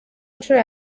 nshuro